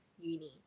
uni